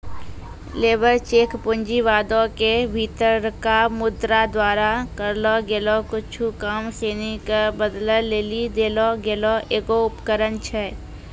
labour check पूँजीवादो के भीतरका मुद्रा द्वारा करलो गेलो कुछु काम सिनी के बदलै लेली देलो गेलो एगो उपकरण छै